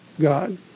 God